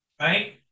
Right